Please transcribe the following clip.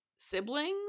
siblings